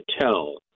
tell